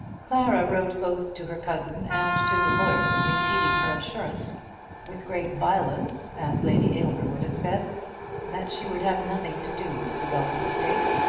clara wrote both to her cousin and to the lawyer, repeating her assurance with great violence, as lady aylmer would have said that she would have nothing to do with the belton estate.